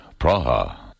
Praha